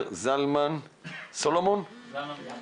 אני מזכיר